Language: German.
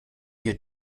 dir